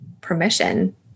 permission